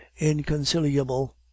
inconciliable